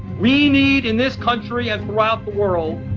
we need, in this country and throughout the world,